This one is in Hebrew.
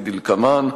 כדלקמן: